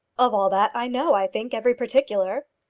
of all that i know, i think, every particular.